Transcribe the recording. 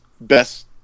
best